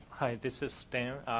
this is stan,